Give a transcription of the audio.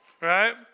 right